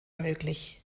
möglich